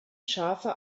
scharfe